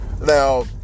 Now